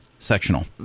Sectional